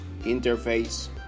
interface